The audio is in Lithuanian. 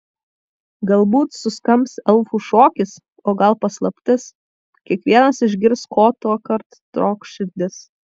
galbūt suskambs elfų šokis o gal paslaptis kiekvienas išgirs ko tuokart trokš širdis